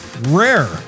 Rare